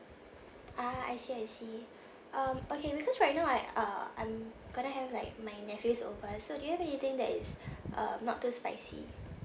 ah I see I see um okay because right now uh I'm going to have like my nephews over so do you have anything that is uh not too spicy